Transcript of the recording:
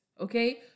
Okay